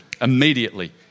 Immediately